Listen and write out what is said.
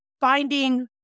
finding